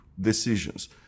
decisions